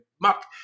muck